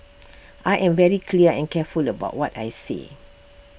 I am very clear and careful about what I say